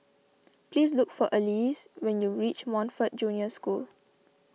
please look for Elease when you reach Montfort Junior School